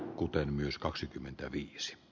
kuten myös kaksikymmentäviisi b